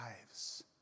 lives